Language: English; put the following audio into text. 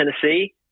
Tennessee